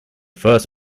first